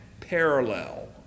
parallel